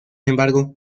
embargo